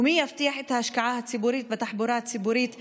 ומי יבטיח את ההשקעה הציבורית בתחבורה ציבורית ראויה,